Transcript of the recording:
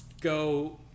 go